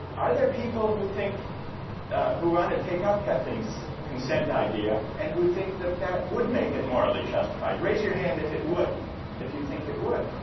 are there people who think who want to take up kathleen's consent idea and who think that that would make it morally justified? raise your hand if it would if you think it would.